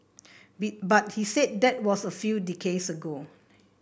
we but he said that was a few decades ago